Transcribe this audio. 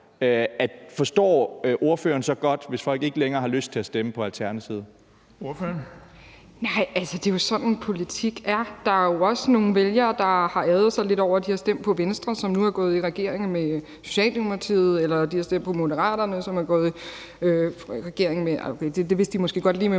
Bonnesen): Ordføreren. Kl. 17:38 Helene Liliendahl Brydensholt (ALT): Nej altså, det er jo sådan, politik er. Der er jo også nogle vælgere, der har ærgret sig lidt over, de har stemt på Venstre, som nu er gået i regering med Socialdemokratiet, eller de har stemt på Moderaterne, som er gået i regering – ej okay, det vidste de måske godt lige med